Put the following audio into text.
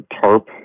TARP